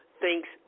thinks